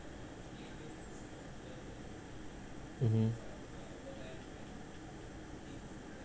mmhmm